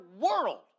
world